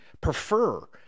prefer